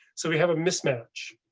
so we have a mismatch.